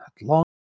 long